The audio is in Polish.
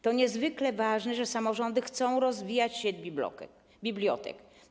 To niezwykle ważne, że samorządy chcą rozwijać sieć bibliotek.